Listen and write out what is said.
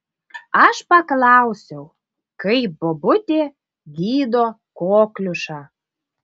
aš paklausiau kaip bobutė gydo kokliušą